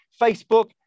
Facebook